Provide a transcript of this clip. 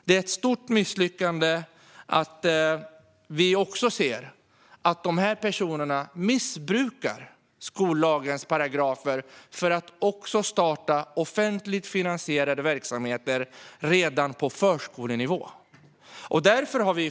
Det är ett stort misslyckande att vi också ser att dessa personer missbrukar skollagens paragrafer för att starta offentligt finansierade verksamheter redan på förskolenivå. Fru talman!